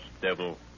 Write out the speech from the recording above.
devil